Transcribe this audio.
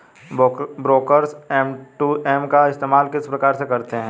Brokers M two M का इस्तेमाल किस प्रकार से करते हैं?